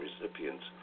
recipients